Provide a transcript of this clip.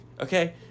Okay